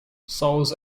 souls